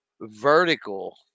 vertical